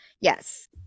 yes